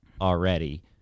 already